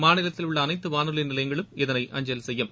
மாநிலத்தில் உள்ள அனைத்து வானொலி நிலையங்களும் இதனை அஞ்சல் செய்யும்